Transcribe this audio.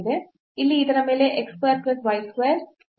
ಇಲ್ಲಿ ಇದರ ಮೇಲೆ x square plus y square